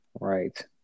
Right